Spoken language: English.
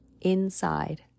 inside